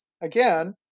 again